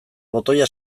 botoia